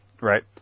right